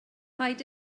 paid